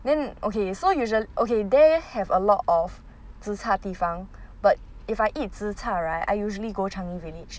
then okay so usual~ okay there have a lot of zi char 地方 but if I eat zi char right I usually go changi village